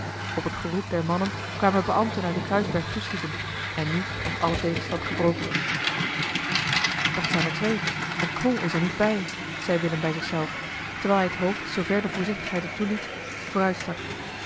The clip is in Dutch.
op het geroep der mannen kwamen beambten uit den kruisberg toeschieten en nu was alle tegenstand gebroken dat zijn er twee en knol is er niet bij zei willem bij zich zelf terwijl hij het hoofd zoover de voorzichtigheid het toeliet vooruit